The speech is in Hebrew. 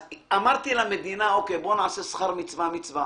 אז אמרתי למדינה, בוא נעשה שכר מצווה מצווה,